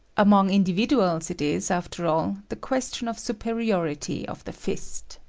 among individuals, it is, after all, the question of superiority of the fist.